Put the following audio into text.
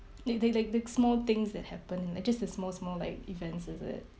li~ li~ like the small things that happen like just the small small like events is it